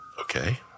Okay